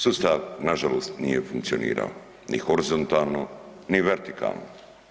Sustav na žalost nije funkcionirao ni horizontalno, ni vertikalno.